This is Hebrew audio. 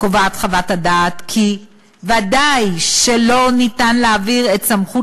קובעת חוות הדעת כי "ודאי שלא ניתן להעביר את סמכות